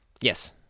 Yes